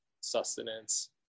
sustenance